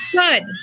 good